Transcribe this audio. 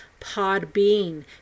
Podbean